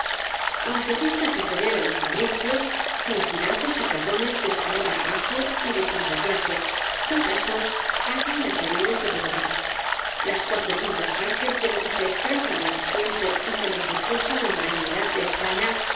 aunque tenga que ceder á los fabricios cincinatos y catones de escalera abajo y de quinta clase que acaso haya en las orillas del potomac las cua tro quintas partes de lo que se extraiga á la pacien te y semiforzosa longanimidad de españa